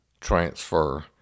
transfer